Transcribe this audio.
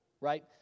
right